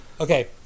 Okay